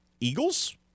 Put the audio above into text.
eagles